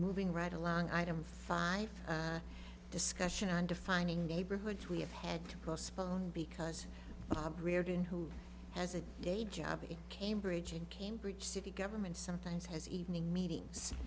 moving right along item five discussion on defining neighborhoods we have had to postpone because auburn who has a day job in cambridge in cambridge city government sometimes has evening meetings